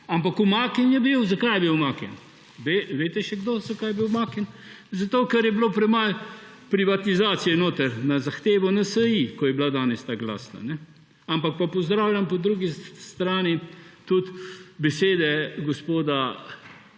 ampak umaknjen je bil. Zakaj je bil umaknjen? Ve še kdo, zakaj je bil umaknjen? Zato, ker je bilo premalo privatizacije notri – na zahtevo NSi, ko je bila danes tako glasna. Ampak pa pozdravljam po drugi strani tudi besede gospoda